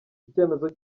icyemezo